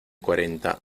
cuarenta